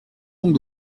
donc